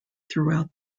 throughout